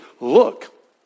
look